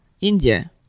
India